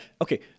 Okay